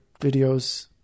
videos